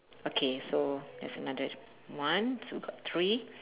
okay so that's another one so got three